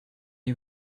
you